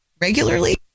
regularly